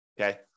okay